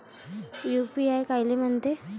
UPI कायले म्हनते?